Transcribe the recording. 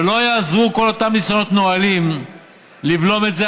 ולא יעזרו כל אותם ניסיונות נואלים לבלום את זה.